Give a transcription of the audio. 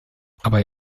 aber